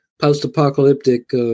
post-apocalyptic